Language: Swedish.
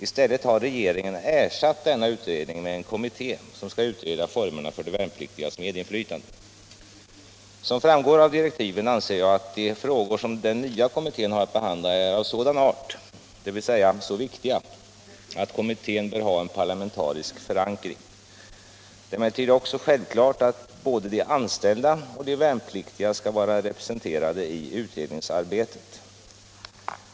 I stället har regeringen ersatt denna utredning med en kommitté som skall utreda formerna för de värnpliktigas medinflytande. Som framgår av direktiven anser jag att de frågor som den nya kommittén har att behandla är av sådan art — dvs. är så viktiga — att kommittén bör ha en parlamentarisk förankring. Det är också självklart att både de anställda och de värnpliktiga skall vara representerade i utredningsarbetet.